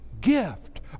gift